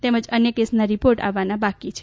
તેમજ અન્ય કેસના રિપોર્ટ આવવાના બાકી છે